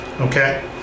Okay